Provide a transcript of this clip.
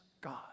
God